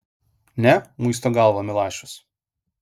ne muisto galvą milašius